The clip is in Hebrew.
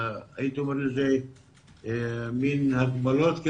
הייתי אומר מן הגבלות.